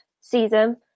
season